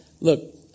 Look